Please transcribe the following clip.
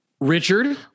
Richard